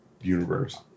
universe